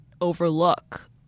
overlook